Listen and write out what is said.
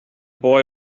boy